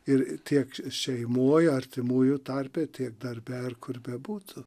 ir tiek šeimoj artimųjų tarpe tiek darbe ar kur bebūtų